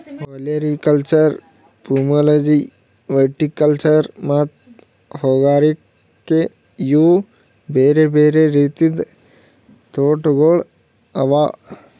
olericulture, pomology, viticulture ಮತ್ತ ಹೂಗಾರಿಕೆ ಇವು ಬೇರೆ ಬೇರೆ ರೀತಿದ್ ತೋಟಗೊಳ್ ಅವಾ